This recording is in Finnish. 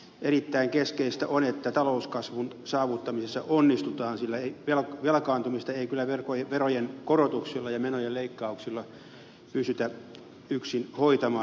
erittäin keskeistä on että talouskasvun saavuttamisessa onnistutaan sillä velkaantumista ei kyllä verojen korotuksilla ja menojen leikkauksilla pystytä yksin hoitamaan